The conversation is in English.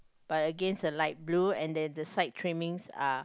but against a light blue and then the side trimmings are